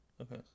Okay